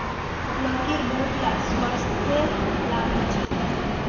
लौकीर बहुतला स्वास्थ्य लाभ ह छेक